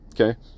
okay